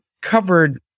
covered